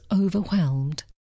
overwhelmed